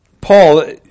Paul